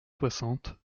soixante